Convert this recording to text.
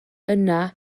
yna